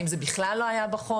האם זה בכלל לא היה בחומש?